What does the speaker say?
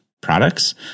Products